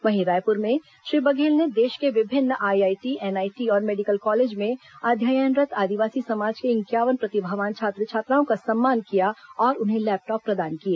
वहीं रायपुर में श्री बघेल ने देश के विभिन्न आईआईटी एनआईटी और मेडिकल कॉलेज में अध्ययनरत् आदिवासी समाज के इंक्यावन प्रतिभावान छात्र छात्राओं का सम्मान किया और उन्हें लैपटॉप प्रदान किए